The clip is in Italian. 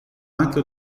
anche